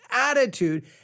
attitude